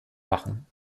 machen